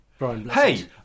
Hey